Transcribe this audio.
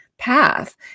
path